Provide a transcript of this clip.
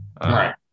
Right